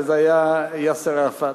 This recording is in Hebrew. אלא זה היה יאסר ערפאת.